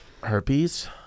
Herpes